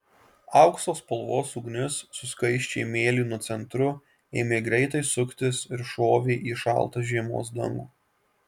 aukso spalvos ugnis su skaisčiai mėlynu centru ėmė greitai suktis ir šovė į šaltą žiemos dangų